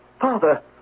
Father